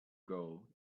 goal